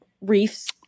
reefs